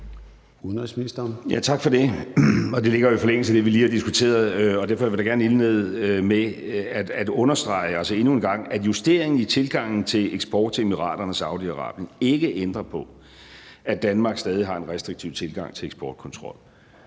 Rasmussen): Tak for det. Det ligger i jo forlængelse af det, vi lige har diskuteret, og derfor vil jeg da gerne indlede med endnu en gang at understrege, at justeringen i tilgangen til eksport til Emiraterne og Saudi-Arabien ikke ændrer på, at Danmark stadig har en restriktiv tilgang til eksportkontrol,